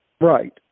Right